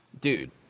dude